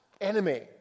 enemy